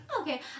okay